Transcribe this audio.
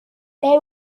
they